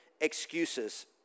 excuses